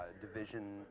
Division